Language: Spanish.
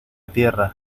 tierra